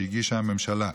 שהגישה הממשלה.